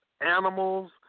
animals